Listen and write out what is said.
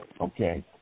okay